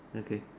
okay